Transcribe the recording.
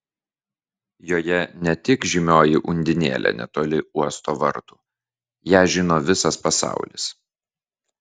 joje ne tik žymioji undinėlė netoli uosto vartų ją žino visas pasaulis